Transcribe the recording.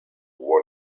who